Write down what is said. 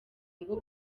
ngo